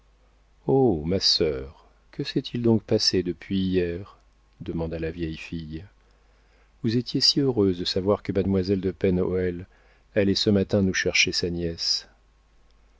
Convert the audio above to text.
oh ma sœur que s'est-il donc passé depuis hier demanda la vieille fille vous étiez si heureuse de savoir que mademoiselle de pen hoël allait ce matin nous chercher sa nièce